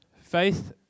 Faith